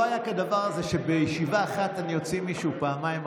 אבל לא הלכנו, אנחנו, הבריאות, חבר הכנסת גפני.